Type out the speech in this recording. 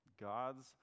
God's